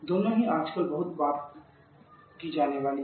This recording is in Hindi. दोनों ही आजकल बहुत बात की जाने वाली है